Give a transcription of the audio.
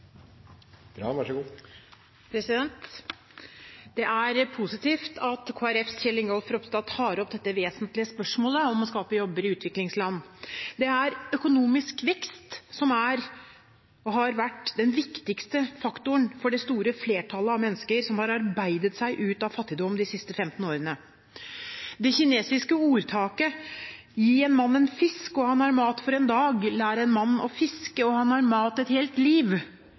positivt at Kristelig Folkepartis Kjell Ingolf Ropstad tar opp dette vesentlige spørsmålet om å skape jobber i utviklingsland. Det er økonomisk vekst som er, og har vært, den viktigste faktoren for det store flertallet av mennesker som har arbeidet seg ut av fattigdom de siste femten årene. Det kinesiske ordtaket «Gi en mann en fisk, og han har mat en dag. Lær en mann å fiske, og han har mat